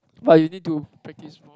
but you need to practise more